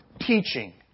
teaching